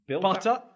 Butter